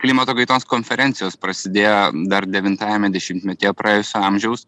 klimato kaitos konferencijos prasidėjo dar devintajame dešimtmetyje praėjusio amžiaus